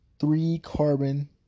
three-carbon